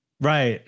right